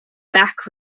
back